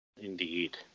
Indeed